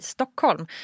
Stockholm